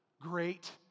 great